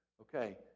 Okay